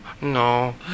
No